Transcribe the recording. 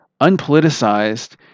unpoliticized